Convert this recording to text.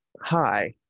Hi